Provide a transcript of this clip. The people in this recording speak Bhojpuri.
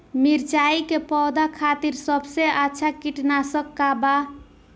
मिरचाई के पौधा खातिर सबसे अच्छा कीटनाशक का बा?